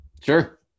Sure